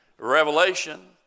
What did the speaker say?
Revelation